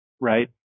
right